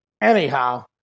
anyhow